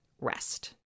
Rest